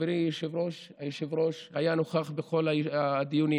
חברי היושב-ראש היה נוכח בכל הדיונים,